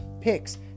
picks